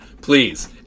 Please